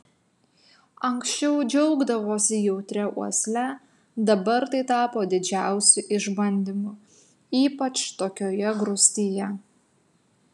anksčiau džiaugdavosi jautria uosle dabar tai tapo didžiausiu išbandymu ypač tokioje grūstyje